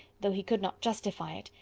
though he could not justify it,